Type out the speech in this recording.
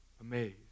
amazed